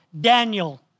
Daniel